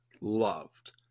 loved